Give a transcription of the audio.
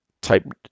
type